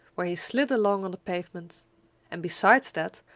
where he slid along on the pavement and, besides that,